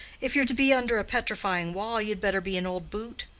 if you're to be under a petrifying wall, you'd better be an old boot.